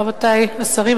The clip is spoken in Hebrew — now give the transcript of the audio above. רבותי השרים,